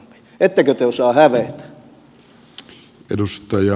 ettekö te osaa hävetä